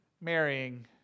marrying